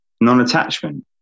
non-attachment